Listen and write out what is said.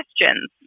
questions